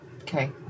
Okay